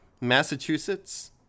Massachusetts